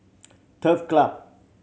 Turf Club